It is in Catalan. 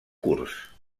curs